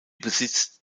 besitzt